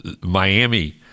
Miami